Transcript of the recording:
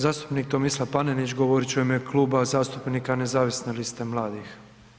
Zastupnik Tomislav Panenić govorit će u ime Kluba zastupnika nezavisne liste mladih.